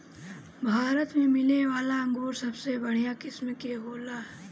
भारत में मिलेवाला अंगूर सबसे बढ़िया किस्म के होला